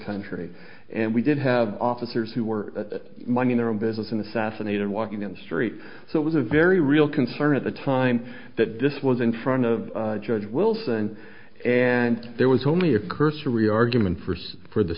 country and we did have officers who were minding their own business in the fascinated walking in the street so it was a very real concern at the time that this was in front of judge wilson and there was only a cursory argument first for the